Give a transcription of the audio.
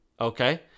Okay